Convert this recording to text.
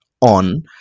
on